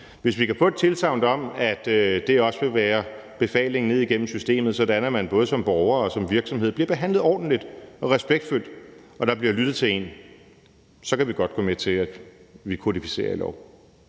sympatisk miljøminister, om, at det også vil være befalingen ned igennem systemet, sådan at man både som borger og som virksomhed bliver behandlet ordentligt og respektfuldt og der bliver lyttet til en, så kan vi godt gå med til, at vi kodificerer i lov.